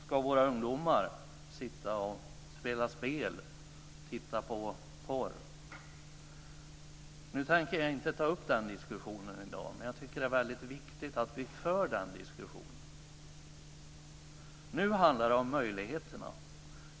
Ska våra ungdomar sitta och spela spel och titta på porr? Jag tänker inte ta upp den diskussionen i dag, men jag tycker att det är väldigt viktigt att vi för den diskussionen. Nu handlar det om möjligheterna.